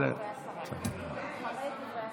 לא אחרי ההצבעה, ההתנגדות אחרי השרה.